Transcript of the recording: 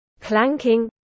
clanking